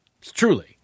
truly